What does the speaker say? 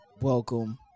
welcome